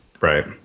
right